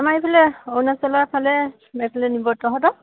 আমাৰ এইফালে অৰুণাচলৰ ফালে এইফালে নিব তহঁতক